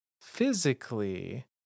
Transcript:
physically